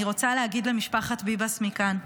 אני רוצה להגיד למשפחות ביבס מכאן,